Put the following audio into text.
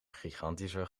gigantische